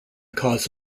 cause